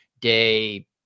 day